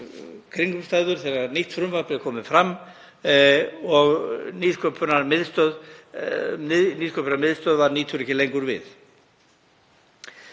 kringumstæður þegar nýtt frumvarp er komið fram og Nýsköpunarmiðstöðvar nýtur ekki lengur við.